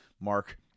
Mark